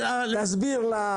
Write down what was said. להסביר.